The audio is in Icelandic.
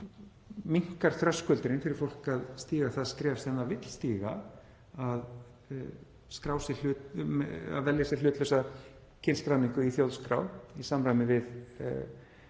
vonandi þröskuldurinn fyrir fólk að stíga það skref sem það vill stíga, að velja sér hlutlausa kynskráningu í þjóðskrá í samræmi við